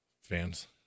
fans